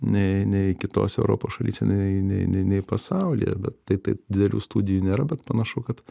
nei nei kitose europos šalyse nei nei nei nei pasaulyje bet tai taip didelių studijų nėra bet panašu kad